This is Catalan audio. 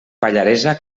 pallaresa